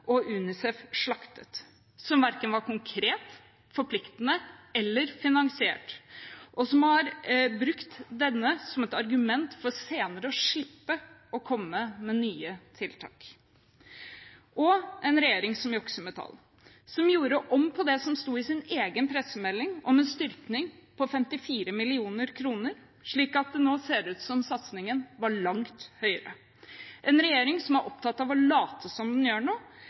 og UNICEF slaktet, og som verken var konkret, forpliktende eller finansiert, en regjering som har brukt denne som et argument for senere å slippe å komme med nye tiltak, en regjering som jukser med tall og gjorde om på det som sto i deres egen pressemelding om en styrking på 54 mill. kr, slik at det nå ser ut som satsingen var langt høyere, en regjering som er opptatt av å late som om den gjør